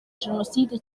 jenoside